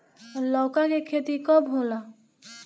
लौका के खेती कब होला?